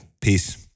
Peace